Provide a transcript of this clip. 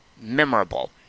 memorable